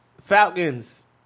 Falcons